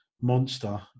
monster